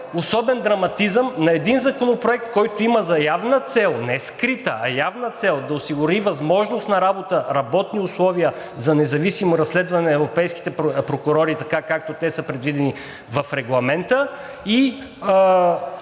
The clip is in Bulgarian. особен драматизъм на един законопроект, който има за явна цел, не скрита, а явна цел да осигури възможност за работа, работни условия за независимо разследване на европейските прокурори, така както те са предвидени в регламента.